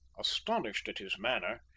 astonished at his manner,